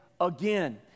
again